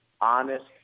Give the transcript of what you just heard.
honest